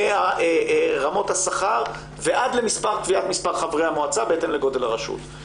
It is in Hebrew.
מרמות השכר ועד לקביעת מספר חברי המועצה בהתאם לגודל הרשות.